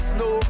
no